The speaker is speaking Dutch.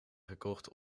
gekocht